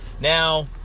Now